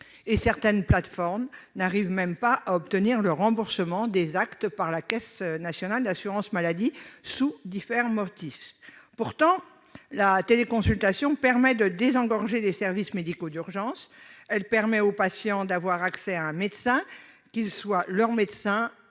et certaines plateformes n'arrivent même pas à obtenir le remboursement des actes par la Caisse nationale de l'assurance maladie (CNAM), sous divers motifs. Pourtant, la téléconsultation permet de désengorger les services médicaux d'urgence. Elle permet aux patients d'avoir accès à un médecin, qu'il soit leur médecin